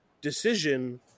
decision